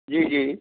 जी जी